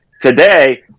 today